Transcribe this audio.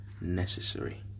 necessary